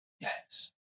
Yes